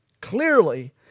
clearly